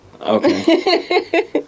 Okay